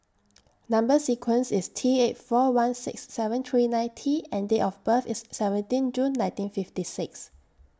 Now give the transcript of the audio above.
Number sequence IS T eight four one six seven three nine T and Date of birth IS seventeen June nineteen fifty six